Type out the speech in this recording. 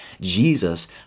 Jesus